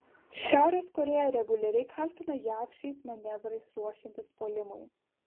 šiaurės korėja reguliariai kaltina jav šiais manevrais ruošiantis puolimui